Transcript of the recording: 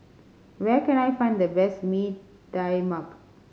where can I find the best Mee Tai Mak